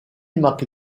marque